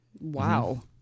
Wow